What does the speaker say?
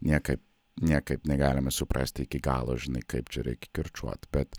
niekaip niekaip negalim suprasti iki galo žinai kaip čia reikia kirčiuot bet